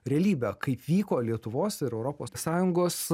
realybę kaip vyko lietuvos ir europos sąjungos